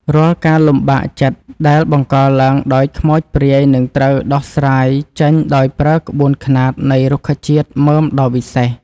រាល់ការលំបាកចិត្តដែលបង្កឡើងដោយខ្មោចព្រាយនឹងត្រូវដោះស្រាយចេញដោយប្រើក្បួនខ្នាតនៃរុក្ខជាតិមើមដ៏វិសេស។